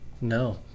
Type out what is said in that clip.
No